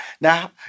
Now